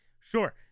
Sure